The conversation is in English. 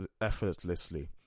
effortlessly